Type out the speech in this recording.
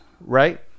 Right